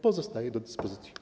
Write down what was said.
Pozostaję do dyspozycji.